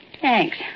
Thanks